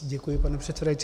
Děkuji, pane předsedající.